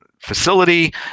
facility